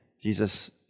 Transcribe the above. Jesus